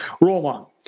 Roma